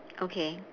okay